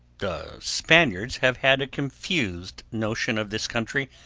the spaniards have had a confused notion of this country,